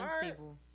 unstable